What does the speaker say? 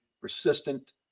persistent